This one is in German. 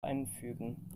einfügen